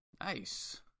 Nice